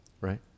right